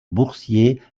boursiers